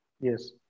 Yes